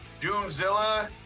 Doomzilla